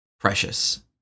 precious